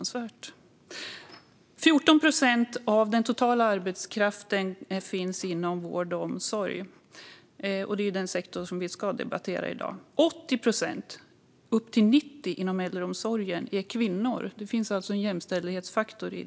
Inom vård och omsorg finns 14 procent av den totala arbetskraften, och det är den sektor vi nu debatterar. Upp till 90 procent är kvinnor. Det finns alltså en jämställdhetsfaktor här.